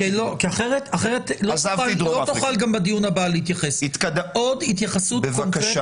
כי אחרת לא תוכל להתייחס גם בדיון הבא.